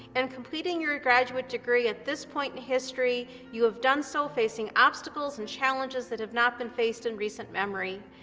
and completing your graduate degree at this point in history, you have done so facing obstacles and challenges that have not been faced in recent memory.